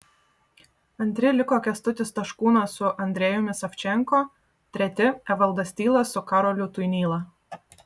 antri liko kęstutis taškūnas su andrejumi savčenko treti evaldas tylas su karoliu tuinyla